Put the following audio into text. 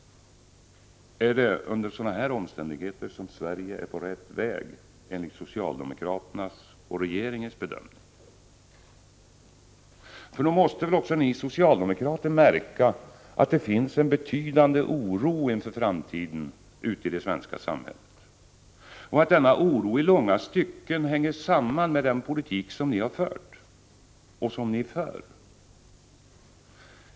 Är det under sådana här omständigheter som Sverige är på rätt väg, enligt socialdemokraternas och regeringens bedömning? Nog måste väl också ni socialdemokrater märka att det finns en betydande oro inför framtiden ute i det svenska samhället och att denna oro i långa stycken hänger samman med den politik som ni har fört och för.